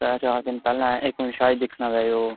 त्रै चार दिन पैह्लें इक बारी शाह् जी दिक्खना देओ